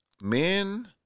Men